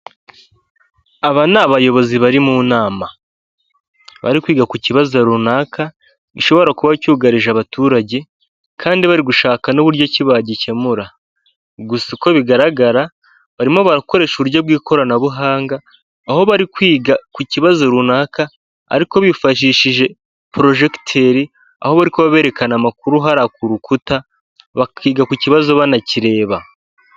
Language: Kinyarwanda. Aba ni abayobozi bari mu nama, bari kwiga ku kibazo runaka gishobora kuba cyugarije abaturage kandi bari gushaka n'uburyo ki bagikemura, gusa uko bigaragara barimo barakoresha uburyo bw'ikoranabuhanga, aho bari kwiga ku kibazo runaka ariko bifashishije porojegiteri, aho bari kuba berekana amakuru hariya ku rukuta bakiga ku kibazo banakirereba.